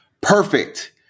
perfect